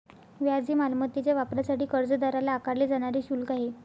व्याज हे मालमत्तेच्या वापरासाठी कर्जदाराला आकारले जाणारे शुल्क आहे